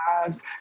lives